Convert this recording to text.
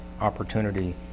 opportunity